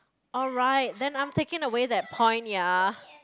alright then after came away that point ya